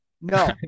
no